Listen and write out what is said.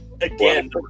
Again